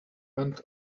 went